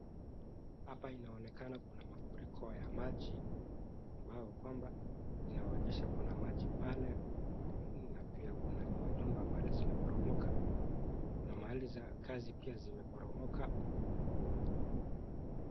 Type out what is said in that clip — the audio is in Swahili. Hapa inaonekana kuna mafuriko ya maji ambao kwamba inaonyesha kuna maji pale na pia kuna manyumba pale zimeporomoka na mahali za kazi pia zimeporomoka.